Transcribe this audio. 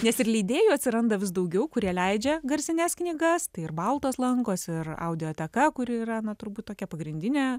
nes ir leidėjų atsiranda vis daugiau kurie leidžia garsines knygas tai ir baltos lankos ir audioteka kuri yra na turbūt tokia pagrindinė